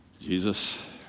Jesus